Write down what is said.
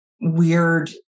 weird